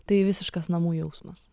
tai visiškas namų jausmas